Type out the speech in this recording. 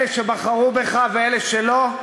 אלה שבחרו בך ואלה שלא,